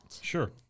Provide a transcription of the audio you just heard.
sure